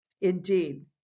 Indeed